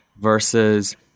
versus